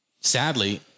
sadly